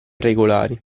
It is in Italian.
regolari